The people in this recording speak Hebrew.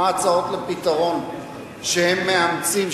מה ההצעות לפתרון שהם מאמצים,